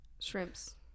shrimps